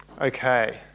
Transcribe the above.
Okay